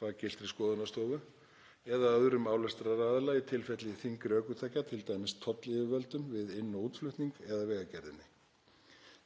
faggiltri skoðunarstofu eða öðrum álestraraðila í tilfelli þyngri ökutækja, t.d. tollyfirvöldum við inn- og útflutning eða Vegagerðinni.